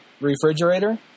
refrigerator